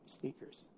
sneakers